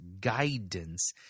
guidance